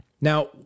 Now